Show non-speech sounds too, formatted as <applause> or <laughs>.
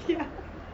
ya <laughs>